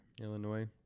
Illinois